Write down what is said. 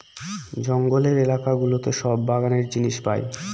জঙ্গলের এলাকা গুলোতে সব বাগানের জিনিস পাই